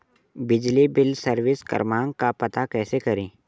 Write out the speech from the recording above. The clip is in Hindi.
बिजली बिल सर्विस क्रमांक का पता कैसे करें?